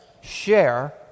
share